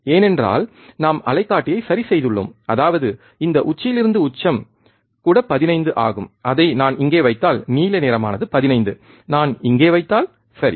ஏனென்றால் நாம் அலைக்காட்டியை சரிசெய்துள்ளோம் அதாவது இந்த உச்சியிலிருந்து உச்சம் கூட 15 ஆகும் அதை நான் இங்கே வைத்தால் நீல நிறமானது 15 நான் இங்கே வைத்தால் சரி